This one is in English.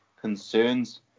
concerns